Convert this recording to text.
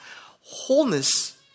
Wholeness